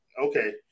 okay